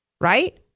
right